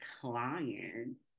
clients